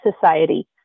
Society